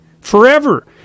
forever